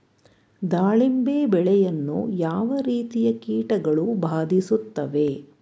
ದಾಳಿಂಬೆ ಬೆಳೆಯನ್ನು ಯಾವ ರೀತಿಯ ಕೀಟಗಳು ಬಾಧಿಸುತ್ತಿವೆ?